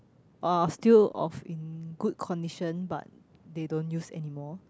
are of still of in good condition but they don't use anymore